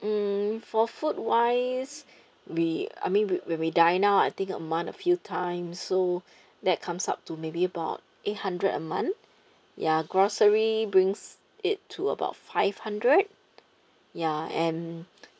hmm for food wise we I mean we when we dine out I think a month a few times so that comes up to maybe about eight hundred a month ya grocery brings it to about five hundred ya and